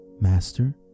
Master